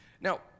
Now